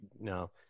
No